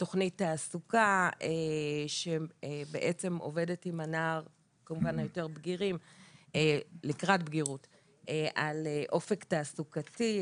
תוכנית תעסוקה שבעצם עובדת עם הנער לקראת בגירות על אופק תעסוקתי,